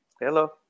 Hello